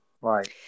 Right